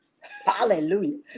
Hallelujah